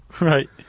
Right